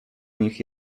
nich